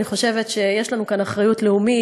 אני חושבת שיש לנו כאן אחריות לאומית.